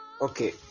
Okay